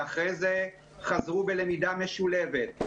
אחרי זה, חזרו ללמידה משולבת.